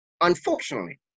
Unfortunately